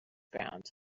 ground